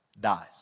dies